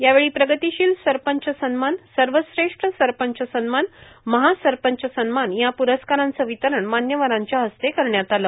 यावेळी प्रगतीशील सरपंच सन्मान सर्वश्रेष्ठ सरपंच सन्मानए महासरपंच सन्मान या प्रस्काराचे वितरण मान्यवरांच्या हस्ते करण्यात आले